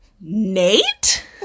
Nate